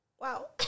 wow